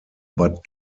bad